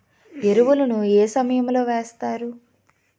ఎరువుల ను ఏ సమయం లో వేస్తారు?